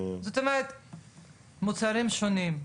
מוצרים שונים,